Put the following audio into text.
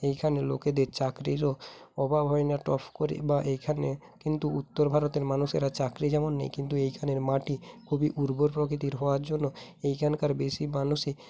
এইখানে লোকেদের চাকরিরও অভাব হয় না টফ করে বা এইখানে কিন্তু উত্তর ভারতের মানুষেরা চাকরি যেমন নেই কিন্তু এইখানের মাটি খুবই উর্বর প্রকৃতির হওয়ার জন্য এইখানকার বেশি মানুষই